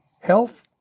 health